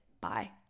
Bye